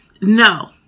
No